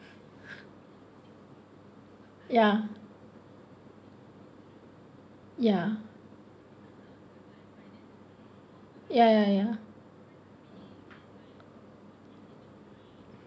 ya ya ya ya